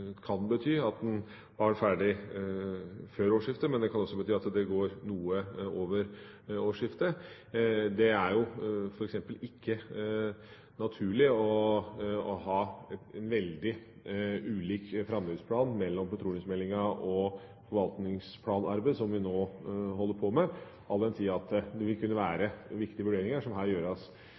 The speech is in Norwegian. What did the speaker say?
ferdig før årsskiftet, men det kan også bety at det går noe over årsskiftet. Det er jo f.eks. ikke naturlig å ha veldig ulik framdriftsplan for petroleumsmeldinga og forvaltningsplanarbeidet, som vi nå holder på med, all den tid at det vil kunne være viktige vurderinger som her gjøres